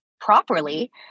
properly